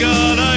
God